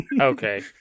Okay